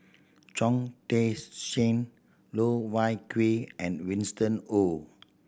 Chong Tze Chien Loh Wai Kiew and Winston Oh